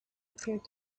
appeared